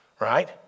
Right